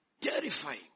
terrifying